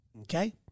Okay